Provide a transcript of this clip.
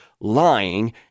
lying